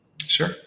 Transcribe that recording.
Sure